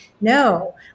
no